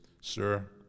sir